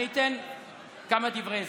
אני אתן כמה דברי הסבר.